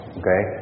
okay